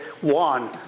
one